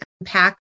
impact